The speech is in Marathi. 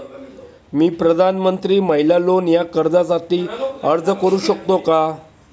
मी प्रधानमंत्री महिला लोन या कर्जासाठी अर्ज करू शकतो का?